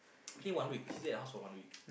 actually one week she stay at your house for one week